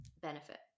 benefit